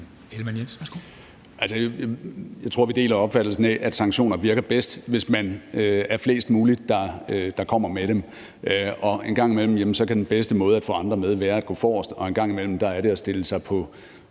Jeg tror, at vi deler opfattelsen af, at sanktioner virker bedst, hvis man er flest mulige, der kommer med dem. En gang imellem kan den bedste måde at få andre med på være at gå forrest, og en gang imellem er det at stille sig på